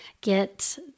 get